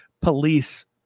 police